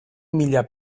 mila